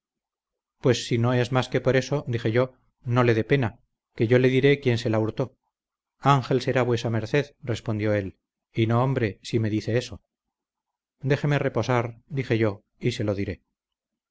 pues si no es más de por eso dije yo no le dé pena que yo le diré quién se la hurtó ángel será vuesa merced respondió él y no hombre si me dice eso déjeme reposar dije yo y se lo diré